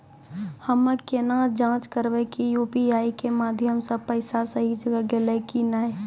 हम्मय केना जाँच करबै की यु.पी.आई के माध्यम से पैसा सही जगह गेलै की नैय?